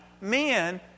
men